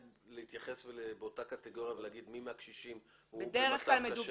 ולהתייחס באותה קטגוריה ולהגיד מי מהקשישים הוא במצב קשה מאוד?